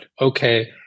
okay